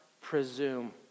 presume